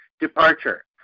departure